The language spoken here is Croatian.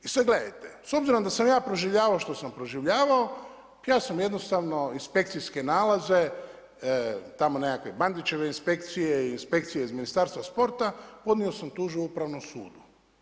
I sad gledajte, s obzirom da sam ja proživljavao što sam proživljavao, ja sam jednostavno inspekcijske nalaze tamo nekakve Bandićeve inspekcije, inspekcije iz Ministarstva sporta, podnio sam tužbu upravnom sudu.